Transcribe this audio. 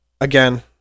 again